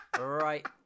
Right